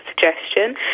suggestion